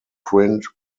print